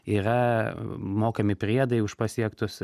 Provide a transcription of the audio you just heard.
yra mokami priedai už pasiektus